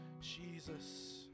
Jesus